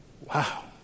Wow